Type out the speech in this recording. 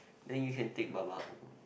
then you can take baba home